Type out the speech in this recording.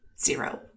Zero